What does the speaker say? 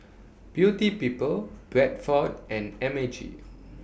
Beauty People Bradford and M A G